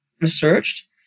researched